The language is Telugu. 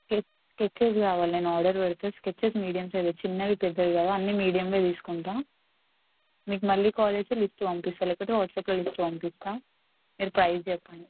ఏక్ ఎక్కడికి రావాలి నేను ఆర్డర్ పెడితే స్కెచెస్ మీడియం సైజే చిన్నవి పెద్దవి కదా అన్నీ మీడియంవే తీసుకుంటాను మీకు మళ్ళీ కాల్ చేస్తే లిస్ట్ పంపిస్తాను లేపోతే వాట్స్అప్లో లిస్ట్ పంపిస్తాను మీరు ప్రైజ్ చెప్పండి